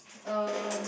um